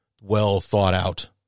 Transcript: well-thought-out